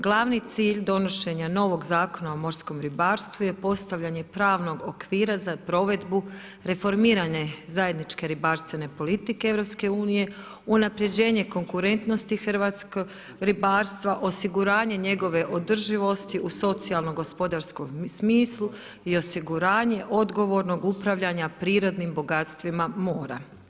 Glavni cilj donošenja novog Zakona o morskom ribarstvu je postavljenje pravnog okvira za provedbu reformirane zajedničke ribarstvene politike EU, unaprjeđenje konkurentnosti hrvatskog ribarstva, osiguranje njegove održivosti u socijalno gospodarskom smislu i osiguranje odgovornog upravljanja prirodnim bogatstvima mora.